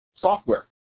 software